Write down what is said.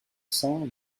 cent